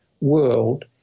world